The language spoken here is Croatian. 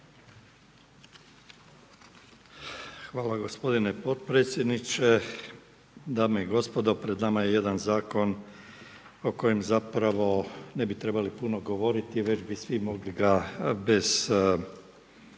Hvala gospodine potpredsjedniče. Dame i gospodo, pred nama je jedan Zakon o kojem zapravo ne bi trebali puno govoriti, već bi svi mogli ga bez